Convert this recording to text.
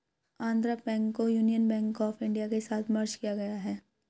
Andhra Bank को Union Bank of India के साथ मर्ज किया गया है